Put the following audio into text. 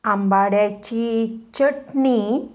आंबाड्याची चटणी